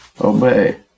obey